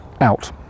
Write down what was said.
out